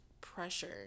pressure